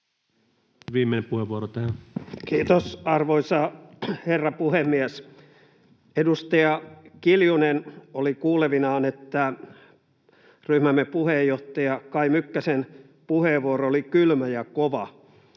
Time: 17:14 Content: Kiitos, arvoisa herra puhemies! Edustaja Kiljunen oli kuulevinaan, että ryhmämme puheenjohtajan Kai Mykkäsen puheenvuoro oli kylmä ja kova.